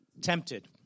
tempted